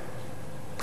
האוצר.